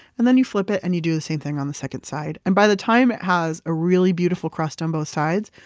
and then you flip it and you do the same thing on the second side. and by the time it has a really beautiful crust on both sides,